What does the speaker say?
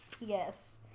Yes